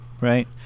Right